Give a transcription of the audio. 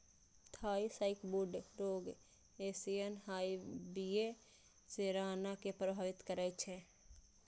Thai sacbrood रोग Asian hive बी.ए सेराना कें प्रभावित करै छै